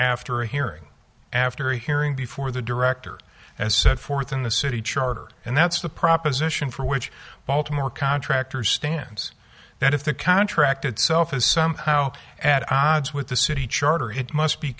after a hearing after hearing before the director as set forth in the city charter and that's the proposition for which baltimore contractors stands that if the contract itself is somehow at odds with the city charter it must be